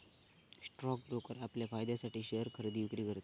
stock broker आपल्या फायद्यासाठी share खरेदी विक्री करतत